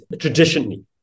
traditionally